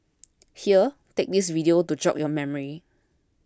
here take this video to jog your memory